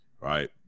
right